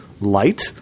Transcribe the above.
light